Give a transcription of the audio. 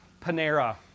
Panera